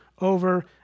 over